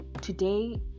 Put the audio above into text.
Today